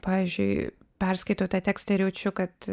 pavyzdžiui perskaitau tą tekstą ir jaučiu kad